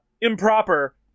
improper